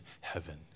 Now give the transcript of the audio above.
heaven